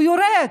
הוא יורד.